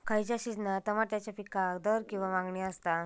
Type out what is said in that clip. खयच्या सिजनात तमात्याच्या पीकाक दर किंवा मागणी आसता?